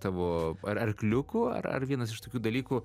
tavo ar arkliuku ar ar vienas iš tokių dalykų